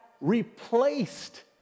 replaced